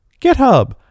GitHub